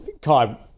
Kai